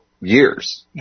years